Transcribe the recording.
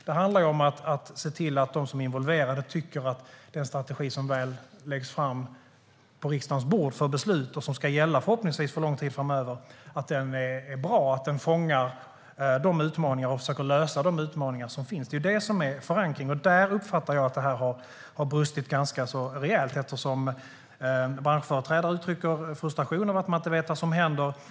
Det handlar om att se till att de som är involverade tycker att den strategi som läggs på riksdagens bord för beslut och som förhoppningsvis ska gälla under lång tid framöver är bra och fångar och försöker lösa de utmaningar som finns. Det är det som är förankring. Där uppfattar jag att det har brustit ganska rejält, eftersom branschföreträdare uttrycker frustration över att de inte vet vad som händer.